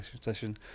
session